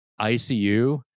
ICU